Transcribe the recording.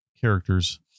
characters